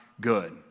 good